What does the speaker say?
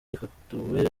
yafotowe